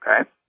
Okay